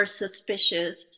suspicious